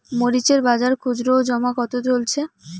মরিচ এর বাজার খুচরো ও জমা কত চলছে?